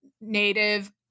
native